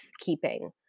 keeping